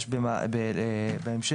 בהמשך,